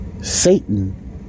Satan